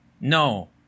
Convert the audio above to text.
No